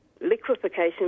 liquefaction